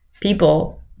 people